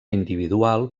individual